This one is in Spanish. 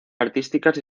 artísticas